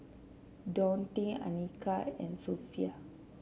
Daunte Anika and Sophie